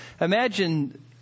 Imagine